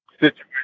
situation